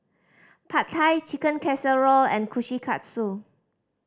Pad Thai Chicken Casserole and Kushikatsu